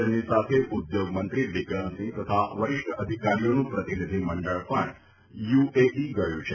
તેમની સાથે ઉદ્યોગ મંત્રી બીક્રમસિંહ તથા વરિષ્ઠ અધિકારીઓનું પ્રતિનિધિમંડળ પણ યુએઈ ગયું છે